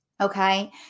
Okay